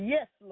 Yes